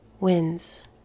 wins